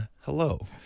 Hello